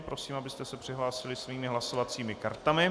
Prosím, abyste se přihlásili svými hlasovacími kartami.